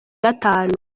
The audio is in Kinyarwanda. gatanu